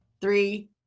three